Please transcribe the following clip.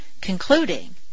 concluding